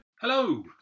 Hello